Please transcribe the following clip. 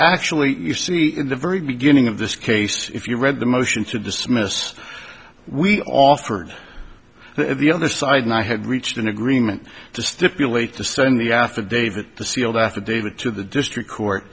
actually you see in the very beginning of this case if you read the motion to dismiss we offered the other side and i had reached an agreement to stipulate the stay in the affidavit the sealed affidavit to the district court